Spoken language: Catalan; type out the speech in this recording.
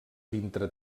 dintre